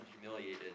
humiliated